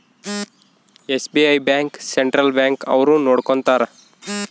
SBI bank central bank ಅವ್ರು ನೊಡ್ಕೋತರ